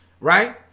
right